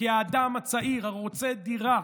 כי האדם הצעיר הרוצה דירה,